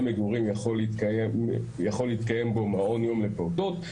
מגורים יכול להתקיים בו מעון יום לפעוטות.